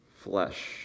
flesh